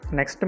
Next